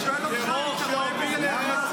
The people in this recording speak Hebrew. אני שואל אותך אם אתה רואה בזה טרור.